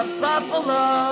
buffalo